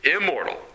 immortal